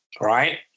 right